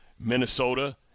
Minnesota